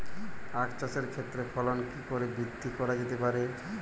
আক চাষের ক্ষেত্রে ফলন কি করে বৃদ্ধি করা যেতে পারে?